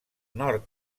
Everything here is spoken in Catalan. nord